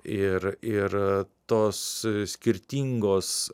ir ir tos skirtingos